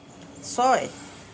ছয়